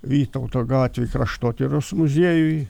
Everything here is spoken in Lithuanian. vytauto gatvėj kraštotyros muziejuj